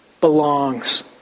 belongs